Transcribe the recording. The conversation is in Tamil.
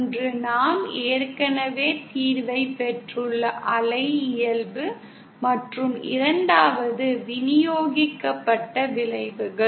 ஒன்று நாம் ஏற்கனவே தீர்வைப் பெற்றுள்ள அலை இயல்பு மற்றும் 2 வது விநியோகிக்கப்பட்ட விளைவுகள்